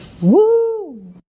Woo